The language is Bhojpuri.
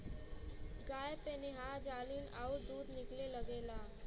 गाय पेनाहय जाली अउर दूध निकले लगेला